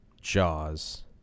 Jaws